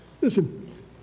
listen